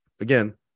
Again